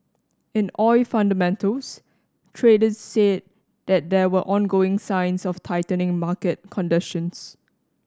in oil fundamentals traders said that there were ongoing signs of tightening market conditions